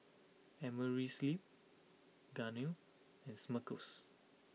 Amerisleep Garnier and Smuckers